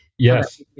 Yes